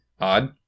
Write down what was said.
odd